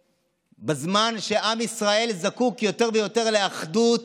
שבזמן שעם ישראל זקוק יותר ויותר לאחדות,